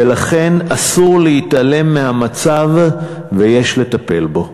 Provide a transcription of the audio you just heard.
ולכן אסור להתעלם מהמצב ויש לטפל בו.